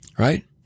Right